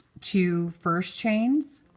two first chains,